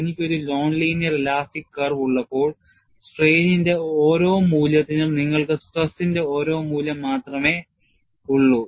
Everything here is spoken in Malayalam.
എനിക്ക് ഒരു നോൺ ലീനിയർ ഇലാസ്റ്റിക് കർവ് ഉള്ളപ്പോൾ strain ഇന്റെ ഓരോ മൂല്യത്തിനും നിങ്ങൾക്ക് stress ഇന്റെ ഒരു മൂല്യം മാത്രമേയുള്ളൂ